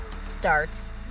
starts